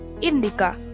Indica